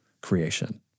creation